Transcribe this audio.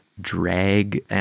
drag